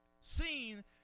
Seen